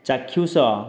ଚାକ୍ଷୁଷ